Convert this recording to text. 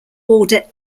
order